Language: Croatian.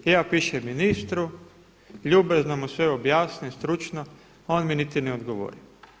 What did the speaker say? Ja pišem ministru, ljubazno mu sve objasnim, stručno a on mi niti ne odgovori.